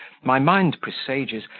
my mind presages,